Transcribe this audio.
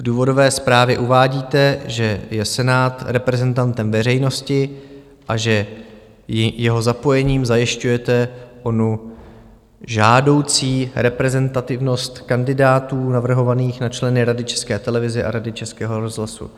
V důvodové zprávě uvádíte, že je Senát reprezentantem veřejnosti a že jeho zapojením zajišťujete onu žádoucí reprezentativnost kandidátů navrhovaných na členy Rady České televize a Rady Českého rozhlasu.